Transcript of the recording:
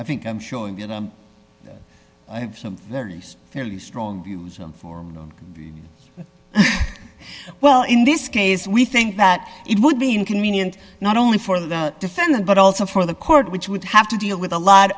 i think i'm showing that i have some very fairly strong views on for well in this case we think that it would be inconvenient not only for the defendant but also for the court which would have to deal with a lot